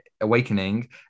awakening